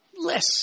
less